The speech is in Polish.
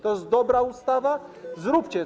To jest dobra ustawa, zróbcie to.